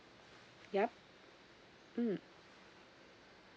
yup mm